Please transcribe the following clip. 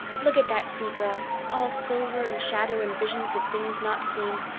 look at that sea, girls all silver and shadow and vision of things not seen.